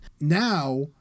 Now